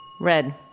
Red